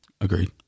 Agreed